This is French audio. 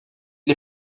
les